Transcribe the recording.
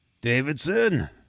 Davidson